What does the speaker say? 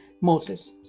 Moses